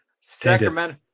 Sacramento